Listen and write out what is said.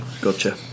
Gotcha